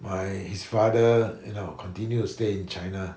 my his father you know continued to stay in china